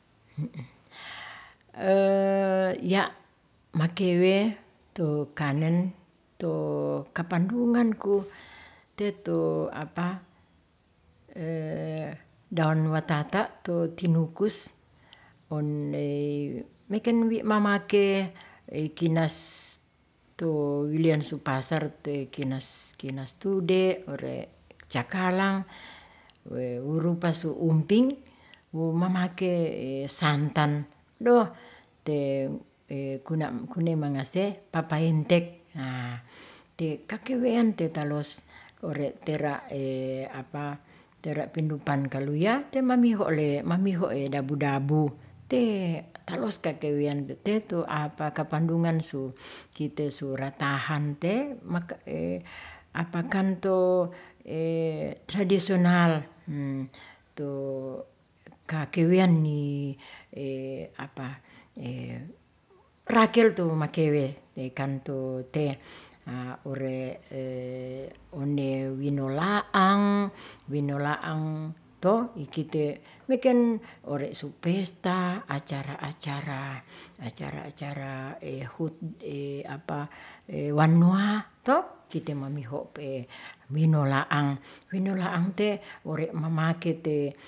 makewe tu kanen tu kapandungan ku te to daon watata tu tinukus ondey meken wi mamakey ei kinas tu wilian su pasar te kinos kinos tude ore', cakalang, wurupasu unting mamakey santan doh te kunemangase papaentek, te kakewean te talos ore' tera pindupan kaluya te mamihole mamihoe dabu dabu, te talos kakewian te tu apa kapandungan su kite su ratahan te kan tu tradisional tu kakewean ni rakel tu makewe kan tu te ure une winola'ang, winola'ang to ikite wekwn ore' su pesta, acara-acara hut wanua, ti kite mamiho pe minola'ang minola'ang te ore' mamake te.